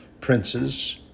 princes